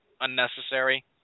unnecessary